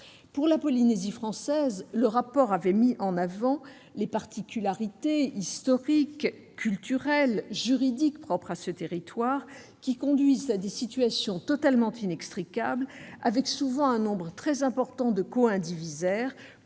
Pour la Polynésie française, le rapport avait mis en avant les particularités historiques, culturelles, juridiques propres à ce territoire, qui conduisent à des situations totalement inextricables, avec, souvent, un nombre très important de co-indivisaires-